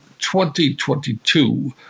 2022